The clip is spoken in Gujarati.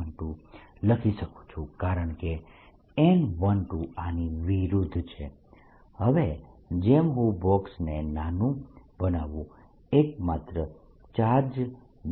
n12 લખી શકું છું કારણકે n12 આની વિરુદ્ધ છે હવે જેમ હું બોક્સને નાનું બનાવું એક માત્ર ચાર્જ